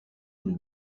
une